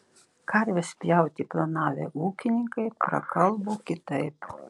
karves pjauti planavę ūkininkai prakalbo kitaip